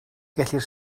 gellir